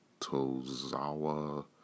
Tozawa